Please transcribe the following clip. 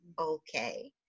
okay